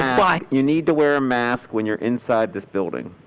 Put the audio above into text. why? you need to wear a mask when you're inside this building.